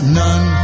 none